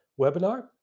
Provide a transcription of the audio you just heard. Webinar